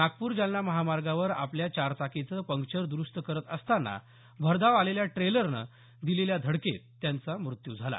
नागपूर जालना महामार्गावर आपल्या चारचाकीचं पंक्चर दुरुस्त करत असताना भरधाव आलेल्या ट्रेलरने दिलेल्या धडकेत त्यांच मृत्यू झाला